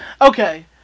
Okay